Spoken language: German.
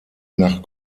nach